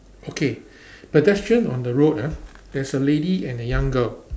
okay pedestrian on the road ah there's a lady and a young girl